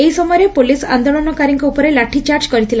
ଏହି ସମୟରେ ପୋଲିସ ଆନ୍ଦୋଳନକାରୀଙ୍କ ଉପରେ ଲାଠିଚାର୍ଜ କରିଥିଲା